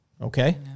Okay